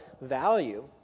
value